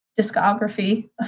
discography